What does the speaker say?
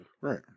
right